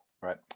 Right